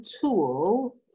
tool